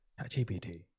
GPT